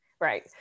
Right